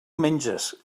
menges